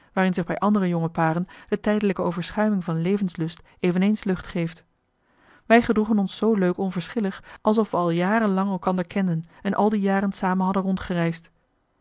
waarin zich bij andere jonge paren de tijdelijke overschuiming van levenslust eveneens lucht geeft wij gedroegen ons zoo leuk onverschillig alsof we al jaren lang elkander kenden en al die jaren samen hadden